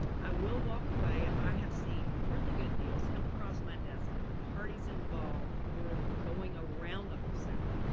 i will walk away if i have seen really good deals come across my desk, but the parties involved were going around a wholesaler.